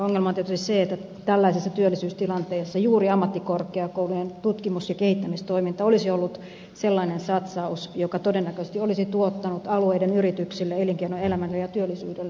ongelma on tietysti se että tällaisessa työllisyystilanteessa juuri ammattikorkeakoulujen tutkimus ja kehittämistoiminta olisi ollut sellainen satsaus joka todennäköisesti olisi tuottanut alueiden yrityksille elinkeinoelämälle ja työllisyydelle hyvää